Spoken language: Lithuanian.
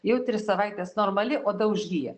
jau tris savaites normali oda užgyja